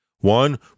One